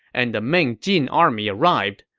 and the main jin army arrived.